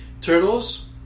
Turtles